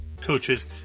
coaches